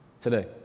today